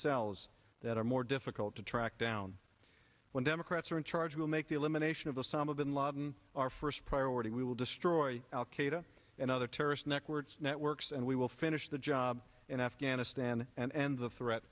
cells that are more difficult to track down when democrats are in charge will make the elimination of osama bin laden our first priority we will destroy al qaeda and other terrorist networks networks and we will finish the job in afghanistan and the threat